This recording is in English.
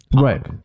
Right